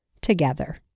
together